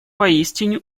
поистине